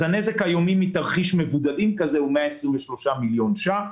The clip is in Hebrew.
אז הנזק היומי מתרחיש מבודדים כזה הוא 123 מיליון ש"ח,